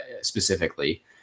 specifically